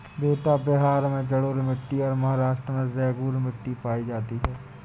बेटा बिहार में जलोढ़ मिट्टी और महाराष्ट्र में रेगूर मिट्टी पाई जाती है